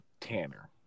Tanner